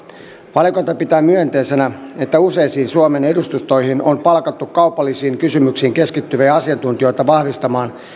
valiokunta pitää myönteisenä että useisiin suomen edustustoihin on palkattu kaupallisiin kysymyksiin keskittyviä asiantuntijoita vahvistamaan